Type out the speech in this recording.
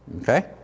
Okay